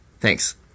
Thanks